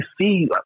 see